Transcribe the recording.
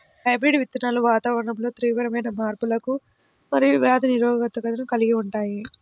hybrid విత్తనాలు వాతావరణంలో తీవ్రమైన మార్పులకు మరియు వ్యాధి నిరోధకతను కలిగి ఉంటాయి